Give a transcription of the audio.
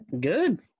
Good